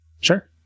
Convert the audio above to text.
Sure